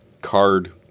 card